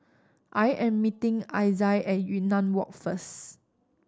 I am meeting Isai at Yunnan Walk first